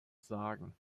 sagen